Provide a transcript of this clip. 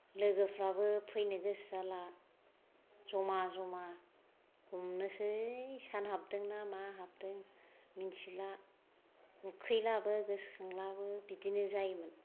लोगोफ्राबो फैनो गोसो जाला जमा जमा हमनोसै सान हाबदों ना मा हाबदों मिन्थिला उखैलाबो गोसोखांलाबो बिदिनो जायोमोन